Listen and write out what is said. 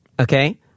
okay